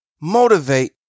motivate